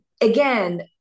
again